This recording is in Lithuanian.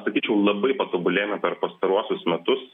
sakyčiau labai patobulėjome per pastaruosius metus